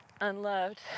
unloved